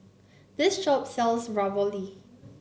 this shop sells Ravioli